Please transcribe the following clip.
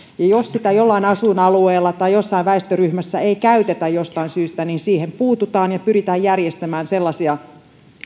jos sitä jollain asuinalueella tai jossain väestöryhmässä ei jostain syystä käytetä niin siihen puututaan ja pyritään järjestämään sellaisia